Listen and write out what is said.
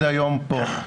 היום